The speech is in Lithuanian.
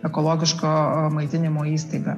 ekologiško maitinimo įstaigą